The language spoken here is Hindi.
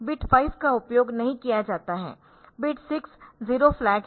बिट 5 का उपयोग नहीं किया जाता है फिर बिट 6 जीरो फ्लैग है